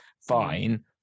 fine